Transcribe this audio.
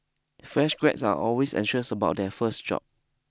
fresh grads are always anxious about their first job